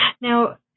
Now